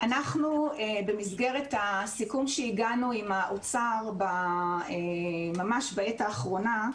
אנחנו במסגרת הסיכום שהגענו עם האוצר ממש בעת האחרונה,